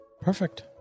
Perfect